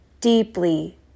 deeply